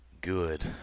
good